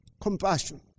Compassion